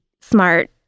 smart